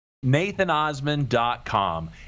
NathanOsman.com